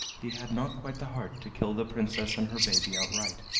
he had not quite the heart to kill the princess and her baby outright,